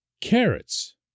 carrots